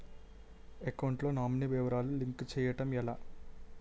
Account లో nominee వివరాలు link చేయటం ఎలా?